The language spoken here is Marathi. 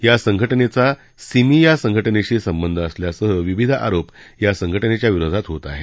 या संघटनेचा सिमी या संघटनेशी संबध असल्यासह विविध आरोप या संघटनेच्या विरोधात होत आहेत